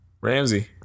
Ramsey